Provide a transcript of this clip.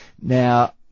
Now